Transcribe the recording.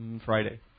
Friday